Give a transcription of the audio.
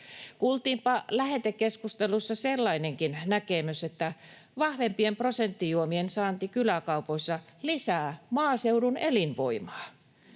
Kuultiinpa lähetekeskustelussa sellainenkin näkemys, että vahvempien prosenttijuomien saanti kyläkaupoissa lisää maaseudun elinvoimaa.